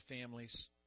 families